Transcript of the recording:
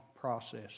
process